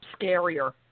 scarier